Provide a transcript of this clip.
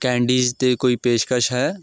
candies 'ਤੇ ਕੋਈ ਪੇਸ਼ਕਸ਼ ਹੈ